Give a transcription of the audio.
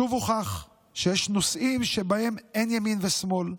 שוב הוכח שיש נושאים שבהם אין ימין ושמאל,